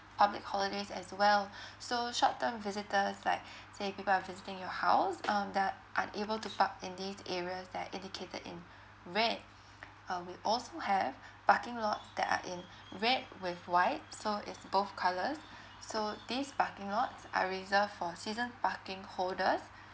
public holidays as well so short tern visitors like say people are visiting your house um they are able to park in these areas that indicated in red uh we also have parking lots that are in red with white so it's both colours so these parking lots are reserved for season parking holders